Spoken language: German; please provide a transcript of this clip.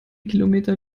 kilometer